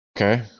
Okay